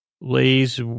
lays